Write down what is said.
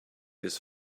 this